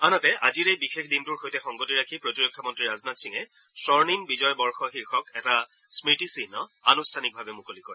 আনহাতে আজিৰ এই বিশেষ দিনটোৰ সৈতে সংগতি ৰাখি প্ৰতিৰক্ষামন্ত্ৰী ৰাজনাথ সিঙে স্বৰ্ণিম বিজয় বৰ্ষ শীৰ্ষক এটা স্বতিচিহ্ন আনুষ্ঠানিকভাৱে মুকলি কৰে